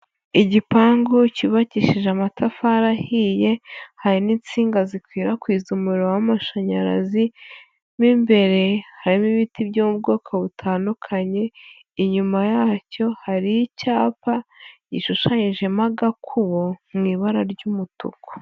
Igipangu cyubakishije amatafari ahiye, hari n'insinga zikwirakwiza umuriro w'amashanyarazi, mo imbere harimo ibiti byo mu bwoko butandukanye, inyuma yacyo hari icyapa gishushanyijemo agakubo mu ibara ry'umutuku.